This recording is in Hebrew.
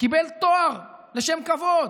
קיבל תואר לשם כבוד.